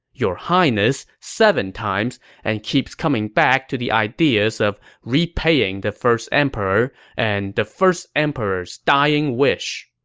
your highness seven times, and keeps coming back to the ideas of repaying the first emperor and the first emperor's dying wish.